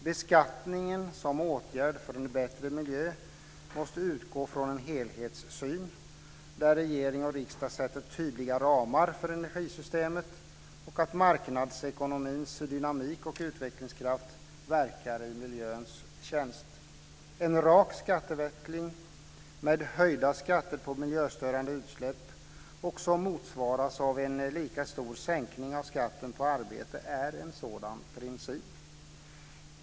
Beskattningen som åtgärd för en bättre miljö måste utgå från en helhetssyn där regering och riksdag sätter tydliga ramar för energisystemet och där marknadsekonomins dynamik och utvecklingskraft verkar i miljöns tjänst. En rak skatteväxling med höjda skatter på miljöstörande utsläpp som motsvaras av en lika stor sänkning av skatten på arbete är en sådan princip.